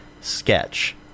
sketch